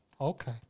Okay